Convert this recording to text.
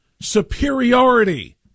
superiority